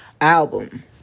album